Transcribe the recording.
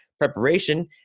preparation